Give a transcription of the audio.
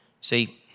See